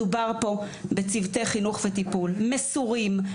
מדובר פה בצוותי חינוך וטיפול מסורים,